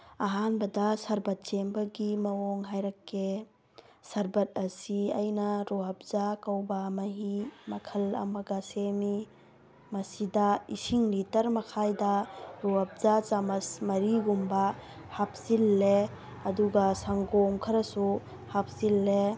ꯑꯍꯥꯟꯕꯗ ꯁ꯭ꯔꯕꯠ ꯁꯦꯝꯕꯒꯤ ꯃꯑꯣꯡ ꯍꯥꯏꯔꯛꯀꯦ ꯁ꯭ꯔꯕꯠ ꯑꯁꯤ ꯑꯩꯅ ꯔꯣꯍꯞꯆꯥ ꯀꯧꯕ ꯃꯍꯤ ꯃꯈꯜ ꯑꯃꯒ ꯁꯦꯝꯃꯤ ꯃꯁꯤꯗ ꯏꯁꯤꯡ ꯂꯤꯇ꯭ꯔ ꯃꯈꯥꯏꯗ ꯔꯣꯍꯞꯆꯥ ꯆꯥꯃ꯭ꯁ ꯃꯔꯤꯒꯨꯝꯕ ꯍꯥꯞꯁꯤꯜꯂꯦ ꯑꯗꯨꯒ ꯁꯪꯒꯣꯝ ꯈꯔꯁꯨ ꯍꯥꯞꯆꯤꯜꯂꯦ